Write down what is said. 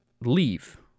leave